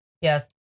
Yes